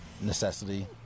necessity